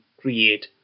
create